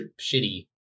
shitty